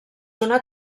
una